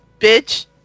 bitch